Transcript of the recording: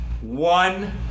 One